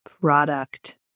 product